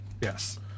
Yes